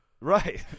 Right